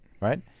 right